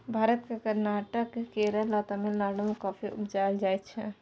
भारत मे कर्नाटक, केरल आ तमिलनाडु मे कॉफी उपजाएल जाइ छै